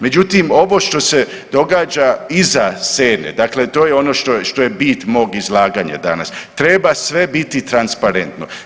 Međutim, ovo što se događa iza scene dakle to je ono što je bit mog izlaganja danas, treba biti sve transparentno.